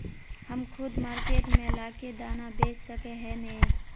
हम खुद मार्केट में ला के दाना बेच सके है नय?